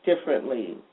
differently